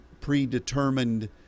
predetermined